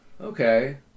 Okay